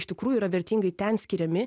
iš tikrųjų yra vertingai ten skiriami